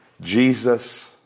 Jesus